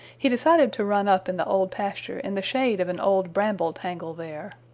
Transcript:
he decided to run up in the old pasture in the shade of an old bramble-tangle there.